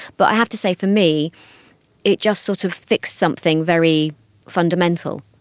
but i have to say for me it just sort of fixed something very fundamental.